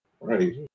right